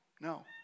No